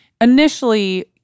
initially-